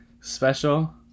special